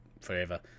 forever